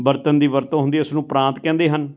ਬਰਤਨ ਦੀ ਵਰਤੋਂ ਹੁੰਦੀ ਆ ਉਸਨੂੰ ਪਰਾਤ ਕਹਿੰਦੇ ਹਨ